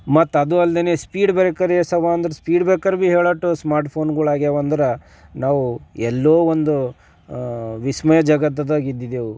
ಮತ್ತು ಅದು ಅಲ್ದೇ ಸ್ಪೀಡ್ ಬ್ರೇಕರ್ ಏಷ್ಟಿವೆ ಅಂದ್ರೆ ಸ್ಪೀಡ್ ಬ್ರೇಕರ್ ಭೀ ಹೇಳೋಷ್ಟು ಸ್ಮಾರ್ಟ್ ಫೋನ್ಗಳು ಆಗಿವೆಂದ್ರೆ ನಾವು ಎಲ್ಲೋ ಒಂದು ವಿಸ್ಮಯ ಜಗತ್ತಿನಾಗ ಇದ್ದಿದ್ದೇವೆ